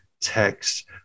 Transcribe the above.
text